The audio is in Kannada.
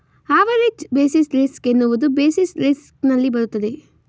ಆವರೇಜ್ ಬೇಸಿಸ್ ರಿಸ್ಕ್ ಎನ್ನುವುದು ಬೇಸಿಸ್ ರಿಸ್ಕ್ ನಲ್ಲಿ ಬರುತ್ತದೆ